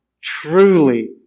truly